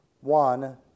one